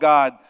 God